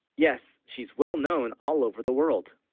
yes she's well-known all over the world